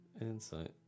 Insight